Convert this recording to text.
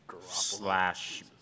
slash